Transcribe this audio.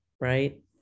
right